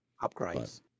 Upgrades